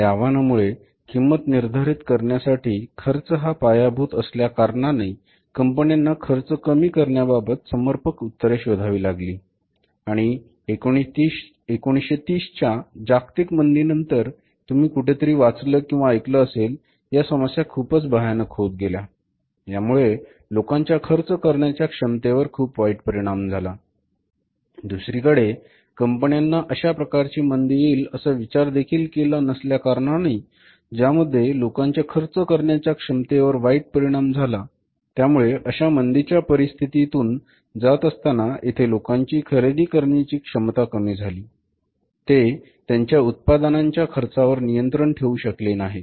या आव्हानामुळे किंमत निर्धारित करण्यासाठी खर्च हा पायाभूत असल्याकारणाने कंपन्यांना खर्च कमी करण्याबाबत समर्पक उत्तरे शोधावी लागली आणि 1930 च्या जागतिक मंदी नंतर तुम्ही कुठेतरी वाचलं किंवा ऐकला असेल या समस्या खूपच भयानक होत गेल्या यामुळे लोकांच्या खर्च करण्याच्या क्षमतेवर खूप वाईट परिणाम झाला दुसरीकडे कंपन्यांना अशाप्रकारची मंदी येईल असा विचार देखील केला नसल्याकारणाने ज्यामध्ये लोकांच्या खर्च करण्याच्या क्षमतेवर वाईट परिणाम झाला त्यामुळे अशा मंदीच्या परिस्थितीतून जात असताना येथे लोकांची खरेदी करण्याची क्षमता कमी झाली ते त्यांच्या उत्पादनांच्या खर्चावर नियंत्रण ठेवू शकले नाहीत